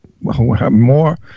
more